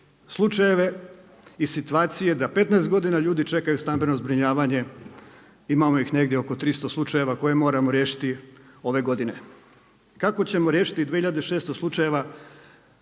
slučajeve i situacije da 15 godina ljudi čekaju stambeno zbrinjavanje, imamo ih negdje oko 300 slučajeva koje moramo riješiti ove godine. Kako ćemo riješiti 2006 slučajeva